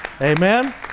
Amen